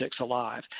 alive